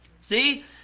See